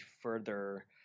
further